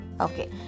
Okay